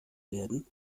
werden